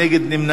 נמנעים,